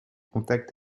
contacte